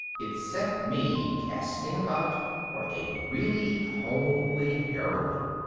it set me casting about for a really homely heroine.